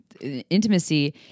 intimacy